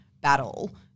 battle